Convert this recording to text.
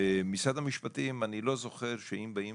אני לא זוכר שמשרד המשפטים לא מאשר תקנות